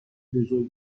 بزرگ